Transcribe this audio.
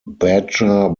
badger